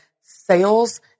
sales